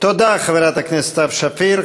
תודה, חברת הכנסת סתיו שפיר.